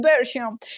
version